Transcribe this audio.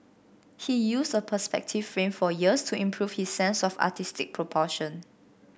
he used a perspective frame for years to improve his sense of artistic proportion